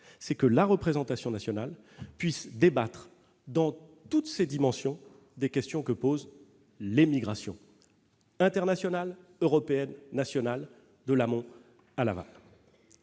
c'est que la représentation nationale puisse débattre, dans toutes ses dimensions, des questions que posent les migrations internationales, européennes, nationales, de l'amont à l'aval.